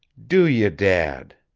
do you, dad?